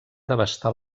devastar